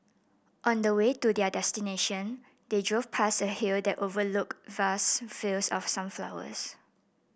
on the way to their destination they drove past a hill that overlooked vast fields of sunflowers